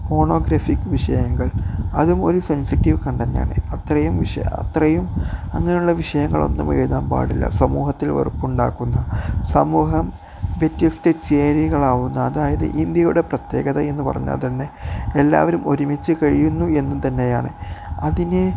pornographic വിഷയങ്ങൾ അതും ഒരു സെൻസിറ്റീവ് കണ്ടൻ്റാണ് അത്രയും വിഷയം അത്രയും അങ്ങനെയുള്ള വിഷയങ്ങളൊന്നും എഴുതാൻ പാടില്ല സമൂഹത്തിൽ വെറുപ്പുണ്ടാക്കുന്ന സമൂഹം വ്യത്യസ്ത ചേരികളാവുന്ന അതായത് ഇന്ത്യയുടെ പ്രത്യേകത എന്നു പറഞ്ഞാൽതന്നെ എല്ലാവരും ഒരുമിച്ചു കഴിയുന്നു എന്നു തന്നെയാണ് അതിനെ